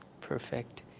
perfect